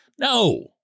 No